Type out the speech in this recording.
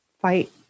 fight